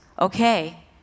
okay